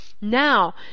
Now